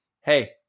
hey